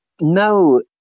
No